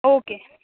okay